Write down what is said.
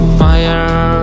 fire